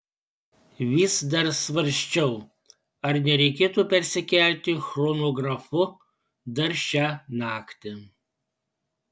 vis dar svarsčiau ar nereikėtų persikelti chronografu dar šią naktį